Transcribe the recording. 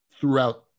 throughout